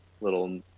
little